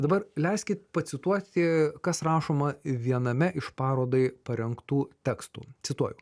dabar leiskit pacituoti kas rašoma viename iš parodai parengtų tekstų cituoju